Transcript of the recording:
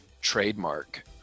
trademark